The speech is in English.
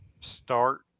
start